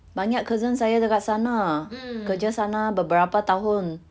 banyak cousin saya dekat sana kerja sana beberapa tahun